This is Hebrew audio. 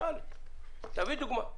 תביא דוגמה.